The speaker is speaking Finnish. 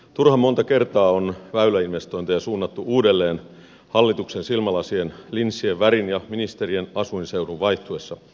turhan monta kertaa on väyläinvestointeja suunnattu uudelleen hallituksen silmälasien linssien värin ja ministerien asuinseudun vaihtuessa